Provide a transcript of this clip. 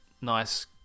nice